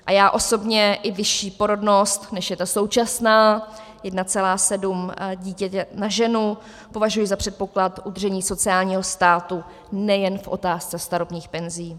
A já osobně i vyšší porodnost, než je ta současná 1,7 dítěte na ženu považuji za předpoklad udržení sociálního státu nejen v otázce starobních penzí.